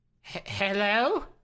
Hello